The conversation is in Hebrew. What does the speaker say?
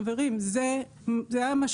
חברים זה המשמעות,